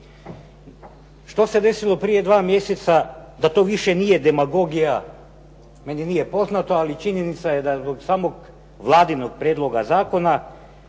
Što se desilo prije 2 mjeseca da to više nije demagogija? Meni nije poznato, ali činjenica je da zbog samog Vladinog prijedloga zakona